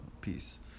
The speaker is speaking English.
piece